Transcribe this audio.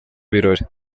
ibirori